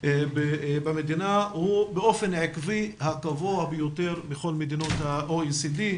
במדינה הוא באופן עקבי הגבוה ביותר בכל מדינות ה-OECD,